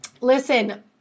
listen